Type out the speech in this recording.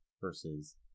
versus